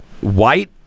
white